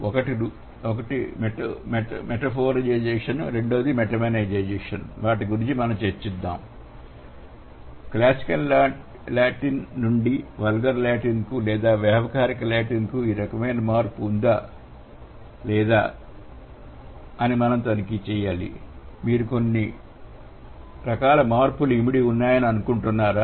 ఒకటి రూపకీకరణ మరొకటి మెటోనిమైజేషన్ వాటి గురించి చర్చిస్తున్నాము క్లాసికల్ లాటిన్ నుండి వల్గర్ లాటిన్ కు లేదా వ్యావహారిక లాటిన్ కు ఈ రకమైన మార్పు ఉందా లేదా అని మనం తనిఖీ చేయాలి మీరు కొన్ని రకాల మార్పులు ఇమిడి ఉన్నాయని అనుకుంటున్నారా